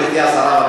גברתי השרה,